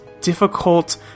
difficult